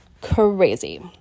crazy